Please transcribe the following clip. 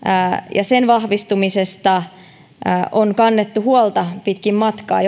ja sen vahvistumisesta on kannettu huolta pitkin matkaa